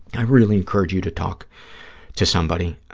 i really encourage you to talk to somebody